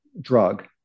drug